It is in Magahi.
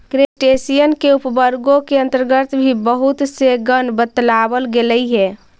क्रस्टेशियन के उपवर्गों के अन्तर्गत भी बहुत से गण बतलावल गेलइ हे